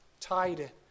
tied